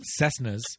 Cessnas